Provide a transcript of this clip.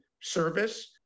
service